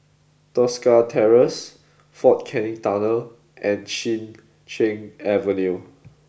Tosca Terrace Fort Canning Tunnel and Chin Cheng Avenue